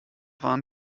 waren